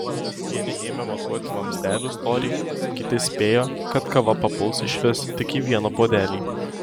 vieni ėmė matuoti vamzdelių storį kiti spėjo kad kava papuls išvis tik į vieną puodelį